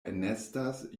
enestas